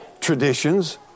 traditions